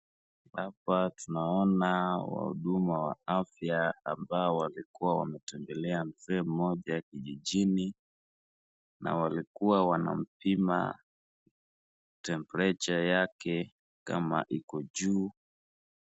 Hapa tunaona wahuduma wa afya ambao walikua wametembelea mzee mmoja kijijini na walikua wanampima temperature yake kama iko juu